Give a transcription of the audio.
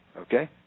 okay